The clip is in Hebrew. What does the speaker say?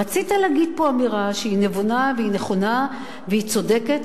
רצית להגיד פה אמירה שהיא נבונה והיא נכונה והיא צודקת,